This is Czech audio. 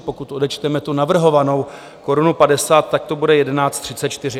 Pokud odečteme navrhovanou korunu padesát, tak to bude 11,34.